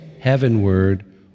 heavenward